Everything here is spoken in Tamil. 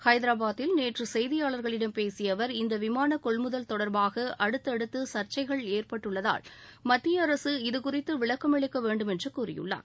ஐதராபாத்தில் நேற்று செய்தியாளர்களிடம் பேசிய அவர் இந்த விமானக் கொள்முதல் தொடர்பாக அடுத்தடுத்து சர்ச்சைகள் ஏற்பட்டுள்ளதால் மத்திய அரசு இதுகுறித்து விளக்கமளிக்க வேண்டுமென்று கூறியுள்ளார்